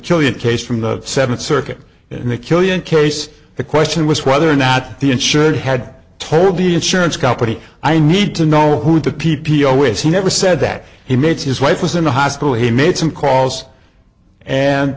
killian case from the seventh circuit in the killian case the question was whether or not the insured had told the insurance company i need to know who the p p o which he never said that he made his wife was in the hospital he made some calls and